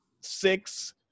six